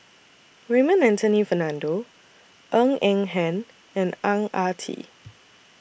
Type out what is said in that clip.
Raymond Anthony Fernando Ng Eng Hen and Ang Ah Tee